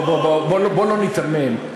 בוא, בוא לא ניתמם.